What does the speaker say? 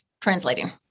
translating